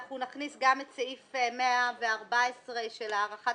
אנחנו נכניס גם את סעיף 114 של הארכת